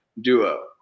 duo